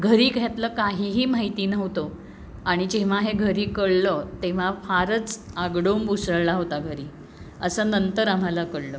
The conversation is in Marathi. घरी यातलं काहीही माहिती नव्हतं आणि जेव्हा हे घरी कळलं तेव्हा फारच आगडोंब उसळला होता घरी असं नंतर आम्हाला कळलं